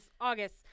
August